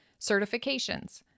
Certifications